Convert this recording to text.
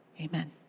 amen